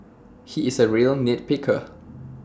he is A real nit picker